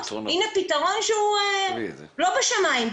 הנה פתרון שהוא לא בשמיים,